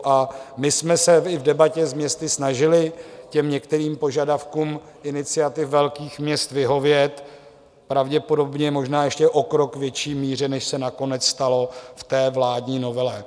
A my jsme se i v debatě s městy snažili některým požadavkům iniciativ velkých měst vyhovět, pravděpodobně možná ještě v o krok větší míře, než se nakonec stalo ve vládní novele.